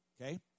Okay